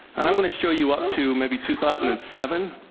and i'm going to show you up to maybe two thousand and seven.